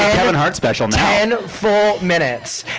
kevin hart special now. ten full minutes,